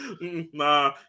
Nah